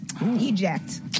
Eject